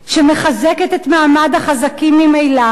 שמחזקת את מעמד החזקים ממילא,